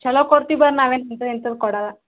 ಛಲೋ ಕೊಡ್ತೀವಿ ಬರ್ರಿ ನಾವೇನು ಅಂತು ಇಂತೂದ್ದು ಕೊಡಲ್ಲ